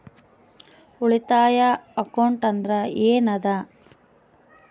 ಉಳಿತಾಯ ಅಕೌಂಟ್ ಅಂದ್ರೆ ಏನ್ ಅದ?